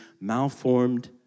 malformed